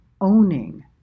owning